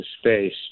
space